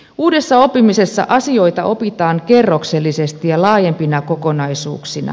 uudessa oppimisessa asioita opitaan kerroksellisesti ja laajempina kokonaisuuksina